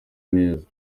neza